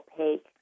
opaque